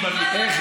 תודה.